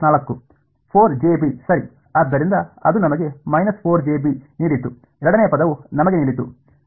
4 JB ಸರಿ ಆದ್ದರಿಂದ ಅದು ನಮಗೆ 4 ಜೆಬಿ ನೀಡಿತು ಎರಡನೆಯ ಪದವು ನಮಗೆ ನೀಡಿತು